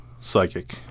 psychic